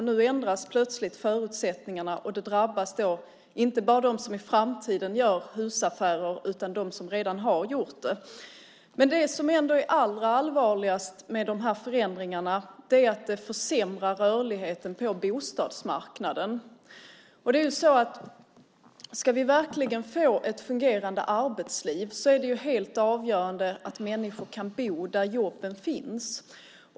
Nu ändras plötsligt förutsättningarna, och det drabbar inte bara dem som i framtiden gör husaffärer utan också dem som redan har gjort det. Det som ändå är allra allvarligast med förändringarna är att det försämrar rörligheten på bostadsmarknaden. Ska vi verkligen få ett fungerande arbetsliv är det helt avgörande att människor kan bo där jobben finns.